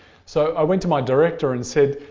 so i went to my director and said